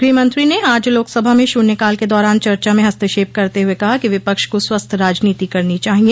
गृहमंत्री ने आज लोकसभा में शून्यकाल के दौरान चर्चा में हस्तक्षप करते हुए कहा कि विपक्ष को स्वस्थ राजनीति करनी चाहिए